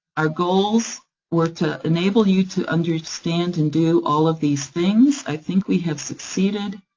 our goals were to enable you to understand and do all of these things, i think we have succeeded,